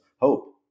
hope